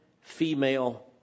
female